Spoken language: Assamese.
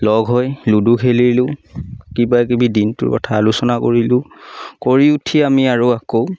লগ হৈ লুডু খেলিলোঁ কিবাকিবি দিনটোৰ কথা আলোচনা কৰিলোঁ কৰি উঠি আমি আৰু আকৌ